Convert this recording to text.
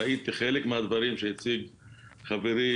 ראיתי חלק מהדברים שהציג חברי,